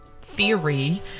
theory